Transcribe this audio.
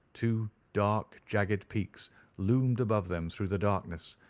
two dark jagged peaks loomed above them through the darkness,